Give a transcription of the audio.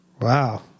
Wow